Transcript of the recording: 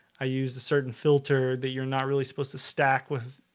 i used a certain filter that you're not really supposed to stack with